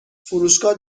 فروشگاه